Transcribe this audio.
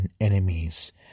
enemies